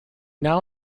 now